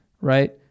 right